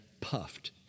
puffed